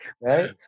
right